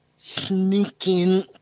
sneaking